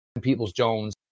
Peoples-Jones